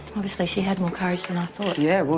obviously she had more courage than i thought. yeah, well